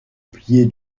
pied